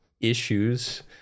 issues